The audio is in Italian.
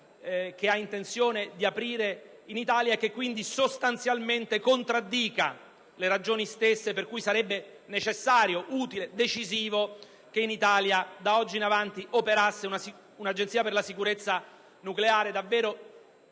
che ha intenzione di aprire in Italia. Verrebbero così sostanzialmente contraddette le ragioni stesse per cui sarebbe necessario, utile e decisivo che in Italia, da oggi in avanti, operasse un'Agenzia per la sicurezza nucleare davvero